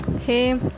Hey